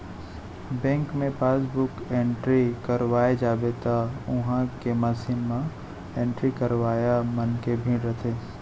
bank मे passbook entry करवाए जाबे त उहॉं के मसीन म एंट्री करवइया मन के भीड़ रथे